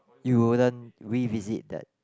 you wouldn't revisit that